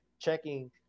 checking